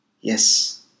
Yes